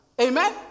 amen